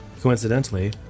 coincidentally